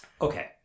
Okay